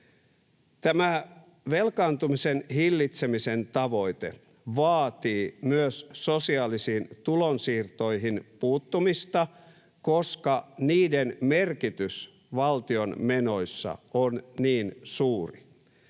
Tämä velkaantumisen hillitsemisen tavoite vaatii myös sosiaalisiin tulonsiirtoihin puuttumista, koska niiden merkitys valtion menoissa on niin suuri.